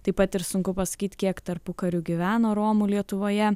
taip pat ir sunku pasakyt kiek tarpukariu gyveno romų lietuvoje